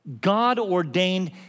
God-ordained